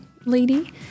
lady